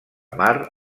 mar